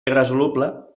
irresoluble